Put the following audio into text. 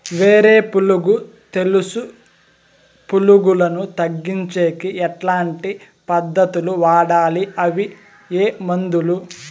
వేరు పులుగు తెలుసు పులుగులను తగ్గించేకి ఎట్లాంటి పద్ధతులు వాడాలి? అవి ఏ మందులు?